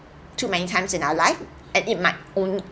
too many times in our lives and it might only